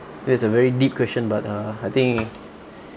it's a very deep question but uh I think